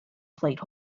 plate